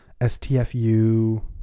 STFU